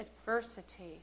adversity